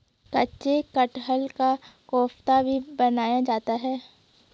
कच्चे कटहल का कोफ्ता भी बनाया जाता है